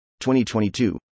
2022